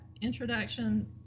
introduction